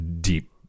deep